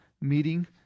meeting